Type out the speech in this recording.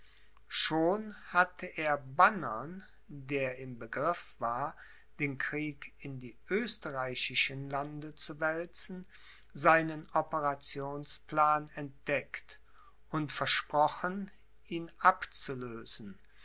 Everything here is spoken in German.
schon hatte er bannern der im begriff war den krieg in die österreichischen lande zu wälzen seinen operationsplan entdeckt und versprochen ihn abzulösen